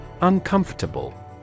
Uncomfortable